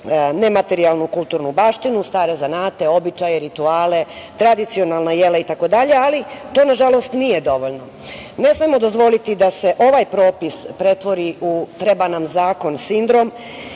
nematerijalnu kulturnu baštinu, stare zanate, običaje, rituale, tradicionalna jela itd. ali to nažalost nije dovoljno. Ne smemo dozvoliti da se ovaj propis pretvori u treba nam zakon sindrom,